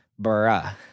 Bruh